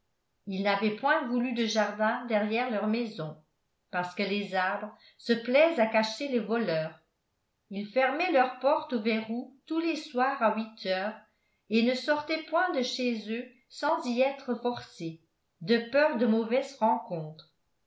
ils n'avaient point voulu de jardin derrière leur maison parce que les arbres se plaisent à cacher les voleurs ils fermaient leur porte aux verrous tous les soirs à huit heures et ne sortaient point de chez eux sans y être forcés de peur de mauvaises rencontres